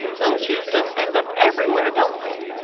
those shoes just end up everywhere, don't they?